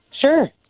Sure